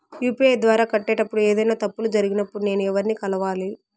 UPI ద్వారా కట్టేటప్పుడు ఏదైనా తప్పులు జరిగినప్పుడు నేను ఎవర్ని కలవాలి?